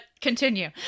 continue